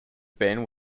band